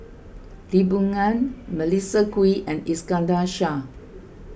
Lee Boon Ngan Melissa Kwee and Iskandar Shah